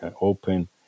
open